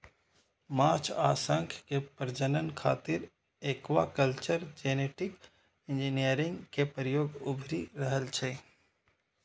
माछ आ शंख के प्रजनन खातिर एक्वाकल्चर जेनेटिक इंजीनियरिंग के प्रयोग उभरि रहल छै